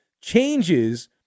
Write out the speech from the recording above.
changes